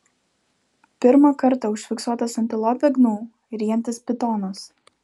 pirmą kartą užfiksuotas antilopę gnu ryjantis pitonas